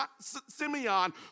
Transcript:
Simeon